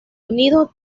unidos